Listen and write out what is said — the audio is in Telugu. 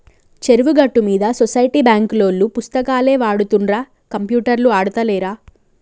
చెరువు గట్టు మీద సొసైటీ బాంకులోల్లు పుస్తకాలే వాడుతుండ్ర కంప్యూటర్లు ఆడుతాలేరా